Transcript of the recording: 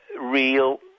real